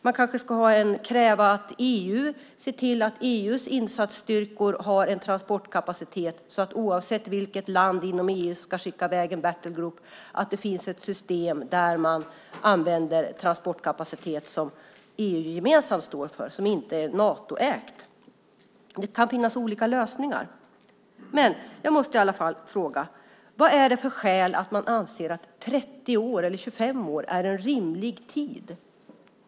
Man kanske ska kräva att EU ser till att EU:s insatsstyrkor har en transportkapacitet så att det, oavsett vilket land inom EU som ska skicka i väg en battle group , finns ett system där man använder transportkapacitet som EU gemensamt står för och som inte är Natoägt. Det kan alltså finnas olika lösningar. Jag måste fråga vad det finns för skäl till att man anser att 25 eller 30 år är en rimlig tid.